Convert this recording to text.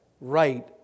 right